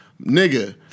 Nigga